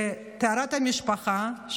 טהרת המשפחה,